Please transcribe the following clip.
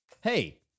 Hey